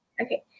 Okay